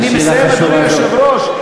אני מסיים, אדוני היושב-ראש.